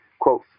quote